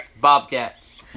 Bobcats